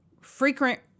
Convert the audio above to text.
frequent